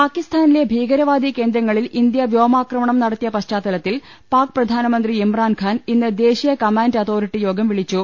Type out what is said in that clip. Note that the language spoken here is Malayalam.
പാകിസ്താനിലെ ഭീകരവാദികേന്ദ്രങ്ങളിൽ ഇന്ത്യ വ്യോമാക്രമണം നട ത്തിയ പശ്ചാത്തലത്തിൽ പാക്പ്രധാനമന്ത്രി ഇമ്രാൻഖാൻ ഇന്ന് ദേശീയ കമാന്റ് അതോറിട്ടി യോഗം വിളിച്ചു